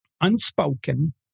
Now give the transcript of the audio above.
unspoken